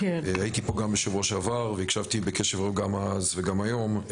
הייתי פה גם בשבוע שעבר והקשבתי בקשב רב גם אז וגם היום.